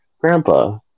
grandpa